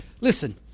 Listen